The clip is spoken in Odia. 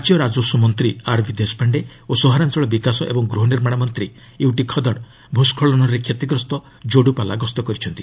ରାଜ୍ୟ ରାଜସ୍ୱମନ୍ତ୍ରୀ ଆର୍ଭି ଦେଶପାଣ୍ଡେ ଓ ସହରାଞ୍ଚଳ ବିକାଶ ଏବଂ ଗୃହନିର୍ମାଣ ମନ୍ତ୍ରୀ ୟୁଟି ଖଦଡ଼ ଭୂସ୍କଳନରେ କ୍ଷତିଗ୍ରସ୍ତ ଯୋଡ଼ୁପାଲା ଗସ୍ତ କରିଛନ୍ତି